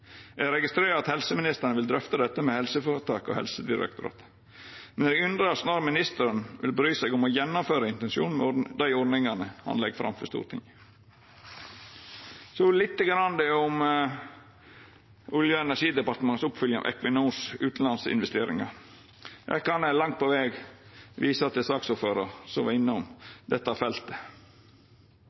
Eg registrerer at helseministeren vil drøfta dette med helseføretaka og Helsedirektoratet. Men eg undrast når ministeren vil bry seg om å gjennomføra intensjonen med dei ordningane han legg fram for Stortinget. Så lite grann om Olje- og energidepartementets oppfølging av Equinors utanlandsinvesteringar. Her kan eg langt på veg visa til saksordføraren, som var innom dette feltet.